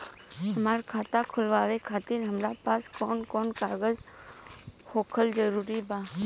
हमार खाता खोलवावे खातिर हमरा पास कऊन कऊन कागज होखल जरूरी बा?